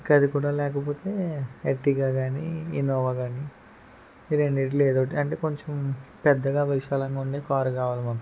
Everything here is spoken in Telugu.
ఇంకా అది కూడా లేకపోతే ఎర్టిగా కానీ ఇన్నోవా కానీ ఈ రెండిటిలో ఏదోటి అంటే కొంచెం పెద్దగా విశాలంగా ఉండే కారు కావాలి మాకు